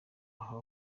aha